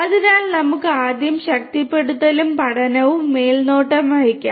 അതിനാൽ നമുക്ക് ആദ്യം ശക്തിപ്പെടുത്തലും പഠനവും മേൽനോട്ടം വഹിക്കാം